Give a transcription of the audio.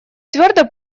твердо